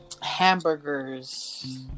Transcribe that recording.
hamburgers